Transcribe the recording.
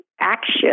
action